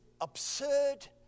absurd